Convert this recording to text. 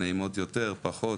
נעימות יותר/פחות.